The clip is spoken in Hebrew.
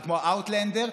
אאוטלנדר,